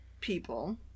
people